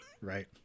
Right